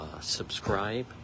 subscribe